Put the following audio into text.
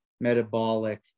metabolic